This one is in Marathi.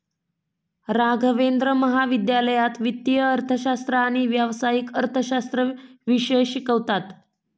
राघवेंद्र महाविद्यालयात वित्तीय अर्थशास्त्र आणि व्यावसायिक अर्थशास्त्र विषय शिकवतात